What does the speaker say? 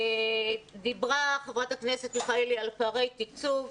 דיברה חברת הכנסת מיכאלי על פערי תקצוב.